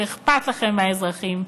שאכפת לכם מהאזרחים,